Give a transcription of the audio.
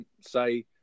say